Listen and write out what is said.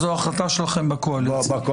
אז זו החלטה שלכם בקואליציה.